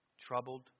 troubled